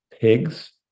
pigs